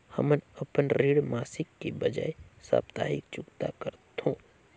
हमन अपन ऋण मासिक के बजाय साप्ताहिक चुकता करथों